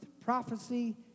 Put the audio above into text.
Prophecy